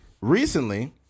recently